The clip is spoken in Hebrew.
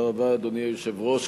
אדוני היושב-ראש,